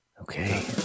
Okay